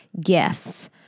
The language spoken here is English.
gifts